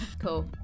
Cool